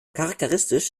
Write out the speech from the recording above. charakteristisch